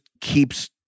keeps